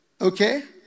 Okay